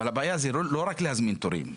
אבל הבעיה זה לא רק להזמין תורים.